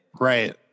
right